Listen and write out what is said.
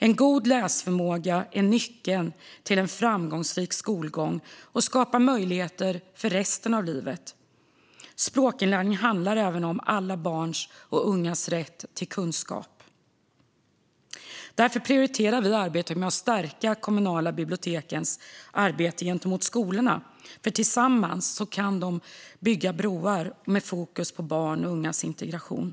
En god läsförmåga är nyckeln till en framgångsrik skolgång och skapar möjligheter för resten av livet. Språkinlärning handlar även om alla barns och ungas rätt till kunskap. Därför prioriterar vi arbetet med att stärka de kommunala bibliotekens arbete gentemot skolorna. Tillsammans kan de bygga broar med fokus på barns och ungas integration.